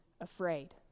afraid